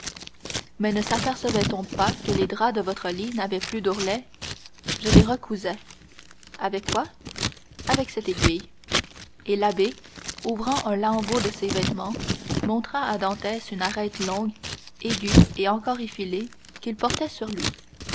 mais ne sapercevait on pas que les draps de votre lit n'avaient plus d'ourlet je les recousais avec quoi avec cette aiguille et l'abbé ouvrant un lambeau de ses vêtements montra à dantès une arête longue aiguë et encore enfilée qu'il portait sur lui